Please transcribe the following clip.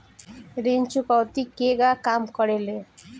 ऋण चुकौती केगा काम करेले?